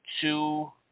two